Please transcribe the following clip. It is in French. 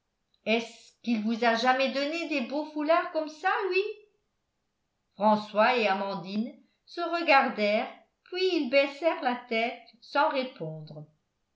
est-ce qu'il vous a jamais donné des beaux foulards comme ça lui françois et amandine se regardèrent puis ils baissèrent la tête sans répondre